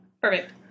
Perfect